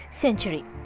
century